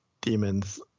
demons